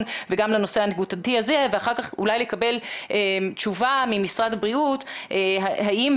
וגם לנושא הנקודתי הזה ואחר כך אולי לקבל תשובה ממשרד הבריאות האם,